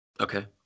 Okay